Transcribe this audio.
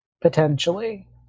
potentially